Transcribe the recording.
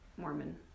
Mormon